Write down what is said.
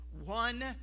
one